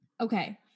Okay